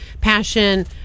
passion